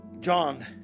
John